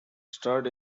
starred